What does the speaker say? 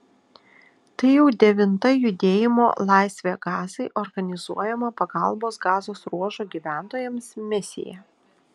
tai jau devinta judėjimo laisvę gazai organizuojama pagalbos gazos ruožo gyventojams misija